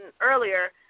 earlier